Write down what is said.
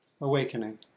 awakening